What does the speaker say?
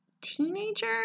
teenager